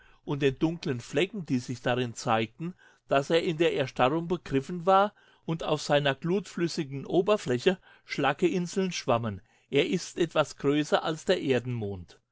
und den dunkeln flecken die sich darin zeigten daß er in der erstarrung begriffen war und auf seiner glutflüssigen oberfläche schlackeninseln schwammen er ist etwas größer als der